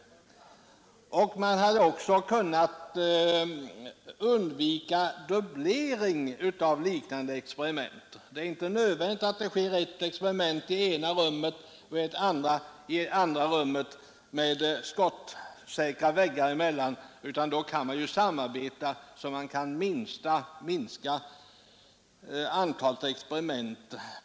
Man hade också kunnat undvika Onsdagen den dubblering av likartade experiment. Det är inte nödvändigt att det sker 1: növember1972 ett experiment i det ena rummet och ett annat i det andra rummet med ———— skottsäkra väggar emellan, utan man kan genom samarbete minska Användningen SN antalet experiment.